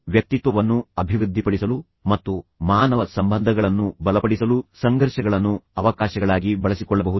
ನಿಮ್ಮ ವ್ಯಕ್ತಿತ್ವವನ್ನು ಅಭಿವೃದ್ಧಿಪಡಿಸಲು ಮತ್ತು ಮಾನವ ಸಂಬಂಧಗಳನ್ನು ಬಲಪಡಿಸಲು ನೀವು ಸಂಘರ್ಷಗಳನ್ನು ಅವಕಾಶಗಳಾಗಿ ಬಳಸಿಕೊಳ್ಳಬಹುದು